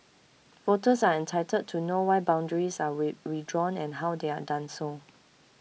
voters are entitled to know why boundaries are redrawn and how they are done so